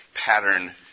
pattern